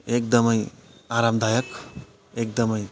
एकदमै आरामदायक एकदमै